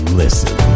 listen